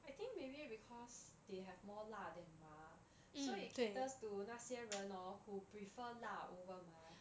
I think maybe because they have more 辣 than 麻 so it caters to 那些人 hor who prefer 辣 over 麻